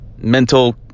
mental